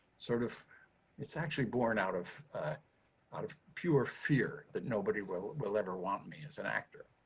sort of it's actually born out of out of pure fear that nobody will will ever want me as an actor.